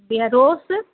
அப்படியா ரோஸு